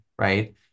Right